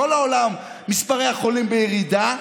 בכל העולם מספרי החולים בירידה,